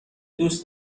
دوست